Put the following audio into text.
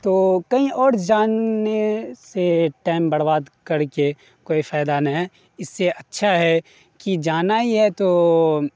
تو کہیں اور جاننے سے ٹایم برباد کر کے کوئی فائدہ نہیں ہے اس سے اچھا ہے کہ جانا ہی ہے تو